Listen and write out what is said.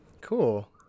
Cool